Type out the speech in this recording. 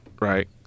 right